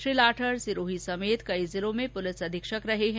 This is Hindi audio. श्री लाठर सिरोही समेत कई जिलों में पुलिस अधीक्षक रहे हैं